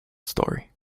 story